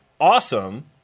awesome